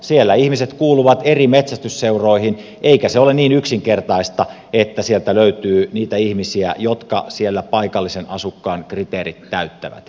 siellä ihmiset kuuluvat eri metsästysseuroihin eikä se ole niin yksinkertaista että sieltä löytyy niitä ihmisiä jotka siellä paikallisen asukkaan kriteerit täyttävät